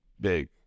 big